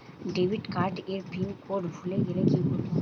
Debit card এর pin code ভুলে গেলে কি করব?